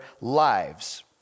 lives